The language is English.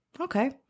Okay